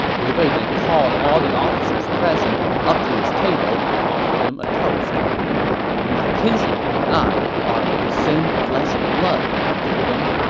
liu bei then called all the officers present up to his table and offered them a toast my kinsman and i are of the same flesh and blood, he told them.